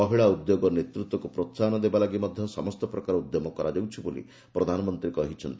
ମହିଳା ଉଦ୍ୟୋଗ ଓ ନେତୃତ୍ୱକୁ ପ୍ରୋହାହନ ଦେବା ଲାଗି ମଧ୍ୟ ସମସ୍ତ ପ୍ରକାର ଉଦ୍ୟମ କରାଯାଉଛି ବୋଲି ପ୍ରଧାନମନ୍ତ୍ରୀ କହିଛନ୍ତି